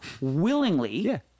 Willingly